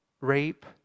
rape